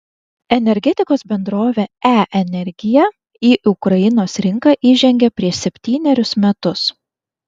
energetikos bendrovė e energija į ukrainos rinką įžengė prieš septynerius metus